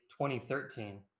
2013